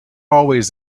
always